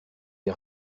des